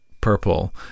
purple